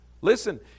Listen